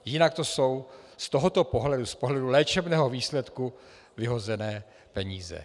Jinak to jsou z tohoto pohledu, z pohledu léčebného výsledku, vyhozené peníze.